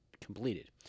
completed